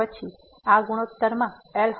તો પછી આ ગુણોત્તરમાં એલ